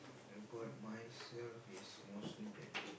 about myself it's mostly that